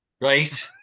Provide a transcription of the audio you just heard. Right